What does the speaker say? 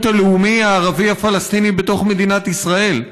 הלאומי הערבי הפלסטיני בתוך מדינת ישראל.